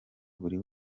buri